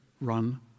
run